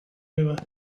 river